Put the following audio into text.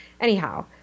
Anyhow